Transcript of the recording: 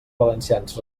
valencians